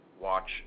watch